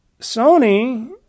Sony